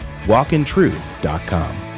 walkintruth.com